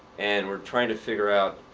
and we're trying to figure out